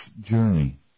journey